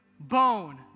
Bone